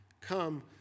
Come